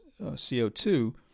CO2